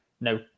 no